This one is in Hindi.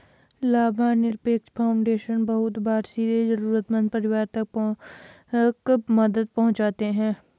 लाभनिरपेक्ष फाउन्डेशन बहुत बार सीधे जरूरतमन्द परिवारों तक मदद पहुंचाते हैं